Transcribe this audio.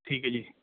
ਠੀਕ ਹੈ ਜੀ